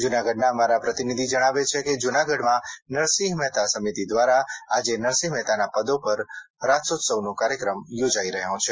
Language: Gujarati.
જૂનાગઢના અમારા પ્રતિનિધિ જણાવે છે કે જૂનાગઢમાં નરસિંહ મહેતા સમિતિ દ્વારા આજે નરસિંહ મહેતાના પદો પર રાસોત્સવનો કાર્યક્રમ યોજાઇ રહ્યો છે